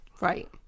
Right